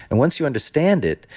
and once you understand it,